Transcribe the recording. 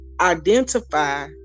identify